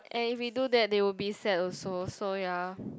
and if we do that they will be sad also so ya